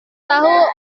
tahu